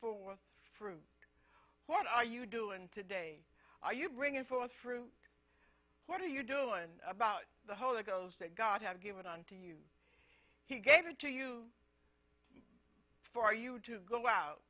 forth fruit what are you doing today are you bringing forth fruit what do you do and about the whole it goes that god had given unto you he gave it to you for you to go out